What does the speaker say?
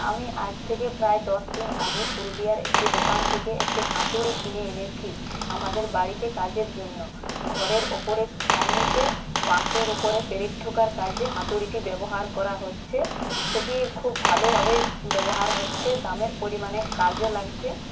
আমি আজ থেকে প্রায় দশ দিন আগে পুরুলিয়ার একটি দোকান থেকে একটি হাতুড়ি কিনে এনেছি আমাদের বাড়িতে কাজের জন্য ঘরের ওপরের ছাউনিতে বাঁশের উপরে পেরেক ঠোকার কাজে হাতুড়িটি ব্যবহার করা হচ্ছে সেটি খুব ভালোভাবে ব্যবহার হচ্ছে দামের পরিমাণে কাজে লাগছে